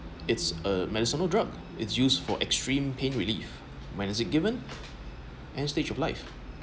it's a medicinal drug it's used for extreme pain relief when is it given end stage of life